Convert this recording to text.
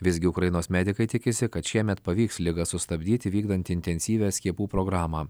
visgi ukrainos medikai tikisi kad šiemet pavyks ligą sustabdyti vykdant intensyvią skiepų programą